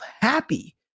happy